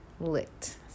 lit